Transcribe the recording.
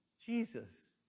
Jesus